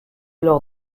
lors